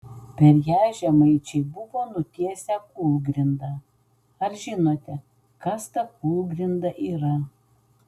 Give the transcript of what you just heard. per ją žemaičiai buvo nutiesę kūlgrindą ar žinote kas ta kūlgrinda yra